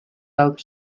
felt